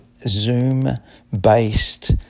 Zoom-based